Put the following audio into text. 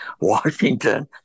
Washington